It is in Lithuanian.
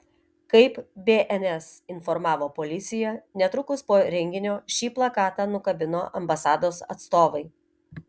kaip bns informavo policija netrukus po renginio šį plakatą nukabino ambasados atstovai